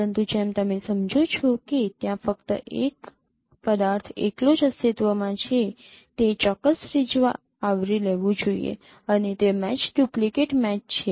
પરંતુ જેમ તમે સમજો છો કે ત્યાં ફક્ત તે એક પદાર્થ એકલો જ અસ્તિત્વમાં છે તે ચોક્કસ ત્રિજ્યા આવરી લેવું જોઈએ અને તે મેચ ડુપ્લિકેટ મેચ છે